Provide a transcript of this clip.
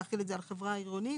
להחיל את זה על חברה עירונית.